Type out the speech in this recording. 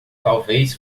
talvez